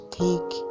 take